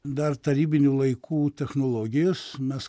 dar tarybinių laikų technologijos mes